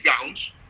gowns